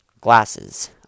Glasses